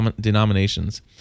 denominations